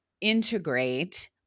integrate